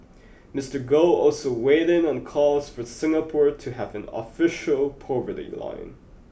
Mister Goh also weighed in on calls for Singapore to have an official poverty line